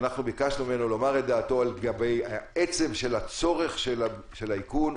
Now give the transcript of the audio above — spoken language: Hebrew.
ביקשנו ממנו לומר את דעתו לגבי עצם הצורך באיכון.